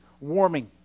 warming